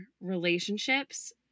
relationships